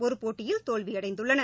ஒரு போட்டியில் தோல்வியடைந்துள்ளது